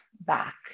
back